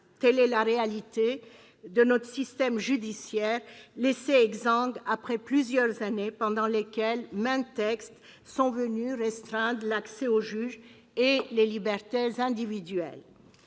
telle est la réalité de notre système judiciaire, laissé exsangue après plusieurs années pendant lesquelles maints textes sont venus restreindre l'accès au juge et les libertés individuelles.